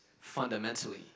fundamentally